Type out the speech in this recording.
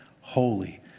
holy